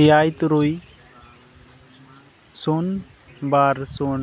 ᱮᱭᱟᱭ ᱛᱩᱨᱩᱭ ᱥᱩᱱ ᱵᱟᱨ ᱥᱩᱱ